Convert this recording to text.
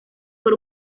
por